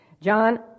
John